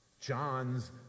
John's